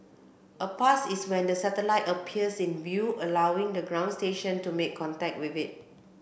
a pass is when the satellite appears in view allowing the ground station to make contact with it